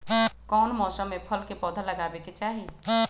कौन मौसम में फल के पौधा लगाबे के चाहि?